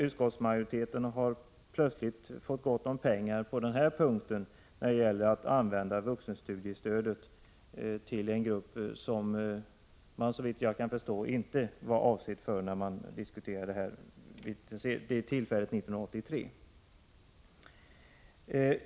Utskottsmajoriteten har plötsligt fått gott om pengar på den här punkten när det gäller att använda vuxenstudiestödet till en grupp som det såvitt jag kan förstå inte var avsett för när man diskuterade frågan 1983.